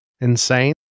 insane